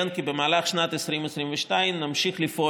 דרושה השקעה בשירות הפסיכולוגי והסוציאלי למשפחות כדי לסייע